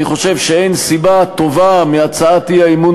אני חושב שאין סיבה טובה מהצעת האי-אמון